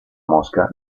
mosca